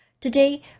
Today